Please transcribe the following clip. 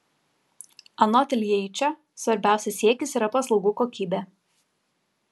anot iljeičio svarbiausias siekis yra paslaugų kokybė